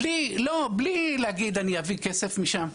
בלי להגיד אני אביא כסף משם.